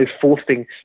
forcing